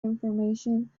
information